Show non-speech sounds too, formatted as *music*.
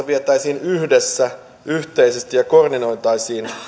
*unintelligible* vietäisiin yhdessä yhteisesti ja koordinoitaisiin